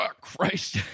Christ